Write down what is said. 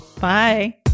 Bye